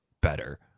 better